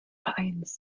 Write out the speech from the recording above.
vereins